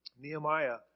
Nehemiah